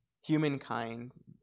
Humankind